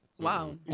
wow